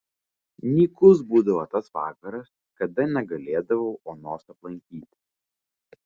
nykus būdavo tas vakaras kada negalėdavau onos aplankyti